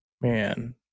Man